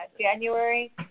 January